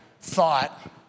thought